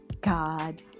God